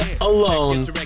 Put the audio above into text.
alone